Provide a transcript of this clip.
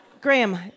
Graham